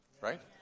Right